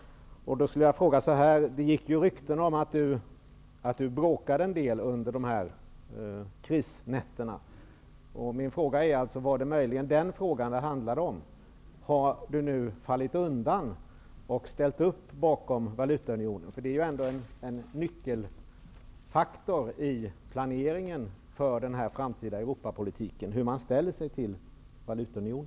Det gick rykten om att du bråkade en del under krisnätterna. Mina frågor är: Var det möjligen den frågan det handlade om? Har du nu fallit undan och ställt upp bakom valutaunionen? Hur man ställer sig till valutaunionen är ändå en nyckelfaktor i planeringen för den framtida Europapolitiken.